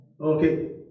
Okay